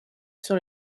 sur